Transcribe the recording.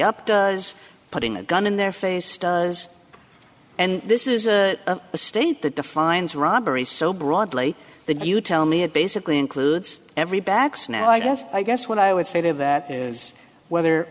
up does putting a gun in their face does and this is a state that defines robbery so broadly that you tell me it basically includes every backs now i guess i guess what i would say to that is whether